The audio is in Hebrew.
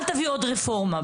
אל תביא עוד רפורמה,